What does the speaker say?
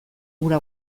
hura